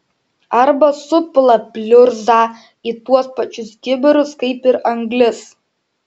arba supila pliurzą į tuos pačius kibirus kaip ir anglis